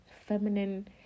feminine